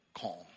Calm